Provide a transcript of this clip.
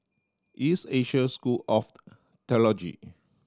East Asia School of Theology